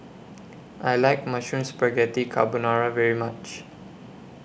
I like Mushroom Spaghetti Carbonara very much